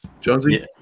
Jonesy